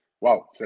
wow